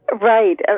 Right